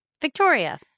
Victoria